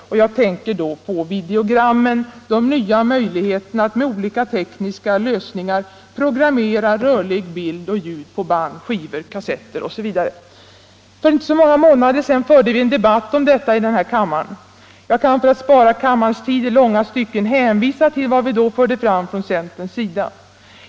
Jag tänker på videogrammen — den nya möjligheten att med olika tekniska lösningar programmera rörlig bild och ljud på band, skivor, kassetter osv. För inte så många månader sedan förde vi en debatt om detta här i kammaren, och jag kan för att spara kammarens tid i långa stycken hänvisa till vad vi då anförde från centerns sida.